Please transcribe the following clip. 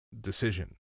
decision